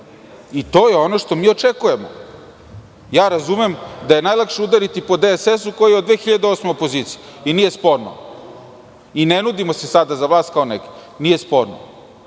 To je ono što mi očekujemo. Razumem da je najlakše udariti po DSS, koji je od 2008. godine opozicija i nije sporno i ne nudimo se sada za vlast kao nekada. Nije sporno,